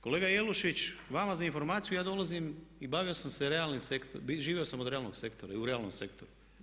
Kolega Jelušić vama za informaciju ja dolazim i bavio sam se realnim sektorom, živio sam od realnog sektora i u realnom sektoru.